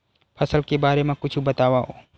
फसल के बारे मा कुछु बतावव